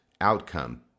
outcome